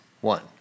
one